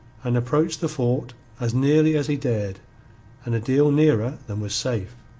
and approached the fort as nearly as he dared and a deal nearer than was safe.